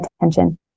attention